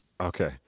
Okay